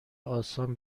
آسان